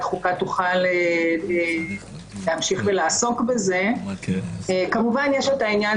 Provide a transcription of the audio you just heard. חוקה תוכל להמשיך ולעסוק בו כמובן שיש את עניין